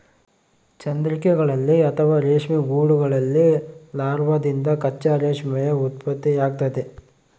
ಚಂದ್ರಿಕೆಗಳಲ್ಲಿ ಅಥವಾ ರೇಷ್ಮೆ ಗೂಡುಗಳಲ್ಲಿ ಲಾರ್ವಾದಿಂದ ಕಚ್ಚಾ ರೇಷ್ಮೆಯ ಉತ್ಪತ್ತಿಯಾಗ್ತತೆ